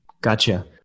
Gotcha